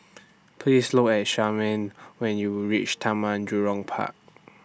Please Look At Charmaine when YOU REACH Taman Jurong Park